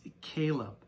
Caleb